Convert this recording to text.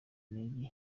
intege